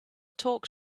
talk